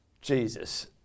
Jesus